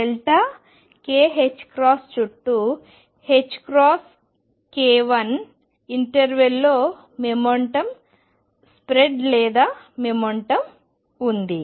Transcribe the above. kℏ చుట్టూ ℏk interval లో momentum spread లేదా మొమెంటం ఉంది